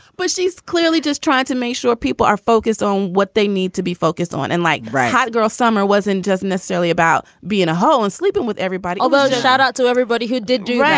but she's clearly just trying to make sure people are focused on what they need to be focused on and like hot girl summer wasn't doesn't necessarily about being a hoe and sleeping with everybody, although shout out to everybody who did do.